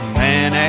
man